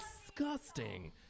disgusting